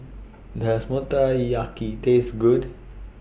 Does Motoyaki Taste Good